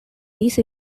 these